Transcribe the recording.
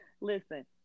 Listen